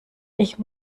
ich